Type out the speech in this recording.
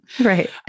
Right